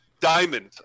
Diamond